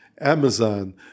Amazon